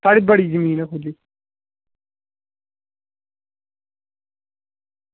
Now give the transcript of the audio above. साढ़ी बड़ी जमीन ऐ खुल्ली